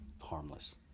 harmless